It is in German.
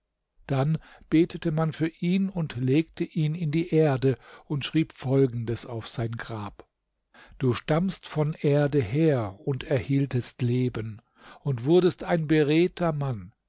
dann betete man für ihn und legte ihn in die erde und schrieb folgendes auf sein grab du stammst von erde her und erhieltst leben und wurdest ein beredter mann